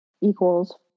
equals